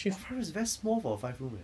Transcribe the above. !wah! five room is very small for a five room eh